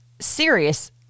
serious